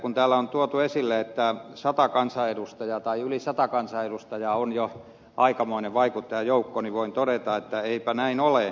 kun täällä on tuotu esille että sata kansanedustajaa tai yli sata kansanedustajaa on jo aikamoinen vaikuttajajoukko niin voin todeta että eipä näin ole